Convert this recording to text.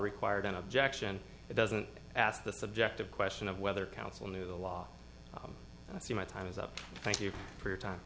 required an objection it doesn't ask the subjective question of whether counsel knew the law and i see my time is up thank you for your time